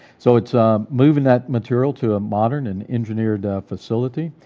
so it's moving that material to a modern, and engineered facility,